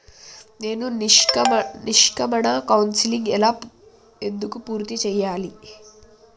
నేను నిష్క్రమణ కౌన్సెలింగ్ ఎలా ఎందుకు పూర్తి చేయాలి?